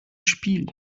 spiel